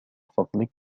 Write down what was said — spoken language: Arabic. فضلك